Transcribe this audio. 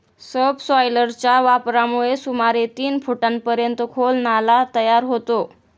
सबसॉयलरच्या वापरामुळे सुमारे तीन फुटांपर्यंत खोल नाला तयार होतो